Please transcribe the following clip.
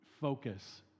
focus